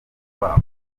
babo